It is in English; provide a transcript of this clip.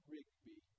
Rigby